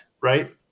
right